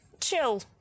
chill